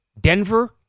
Denver